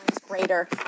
greater